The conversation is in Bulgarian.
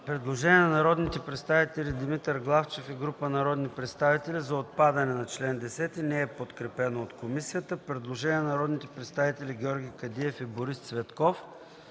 предложение е на същите народни представители Димитър Главчев и група народни представители за отпадане на чл. 14, неподкрепено от комисията. Предложение на народните представители Йордан Цонев и Румен Гечев,